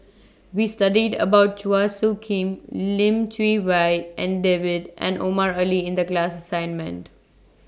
We studied about Chua Soo Khim Lim Chee Wai and David and Omar Ali in The class assignment